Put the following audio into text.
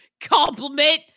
compliment